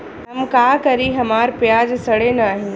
हम का करी हमार प्याज सड़ें नाही?